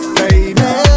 baby